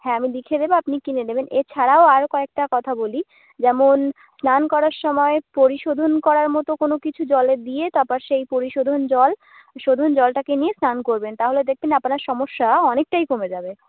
হ্যাঁ আমি লিখে দেবো আপনি কিনে নেবেন এছাড়াও আর কয়েকটা কথা বলি যেমন স্নান করার সময় পরিশোধন করার মতো কোনও কিছু জলে দিয়ে তারপর সেই পরিশোধন জল শোধন জলটাকে নিয়ে স্নান করবেন তাহলে দেখবেন আপনার সমস্যা অনেকটাই কমে যাবে